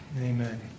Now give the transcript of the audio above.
Amen